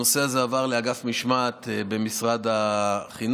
הנושא הזה עבר לאגף משמעת במשרד החינוך,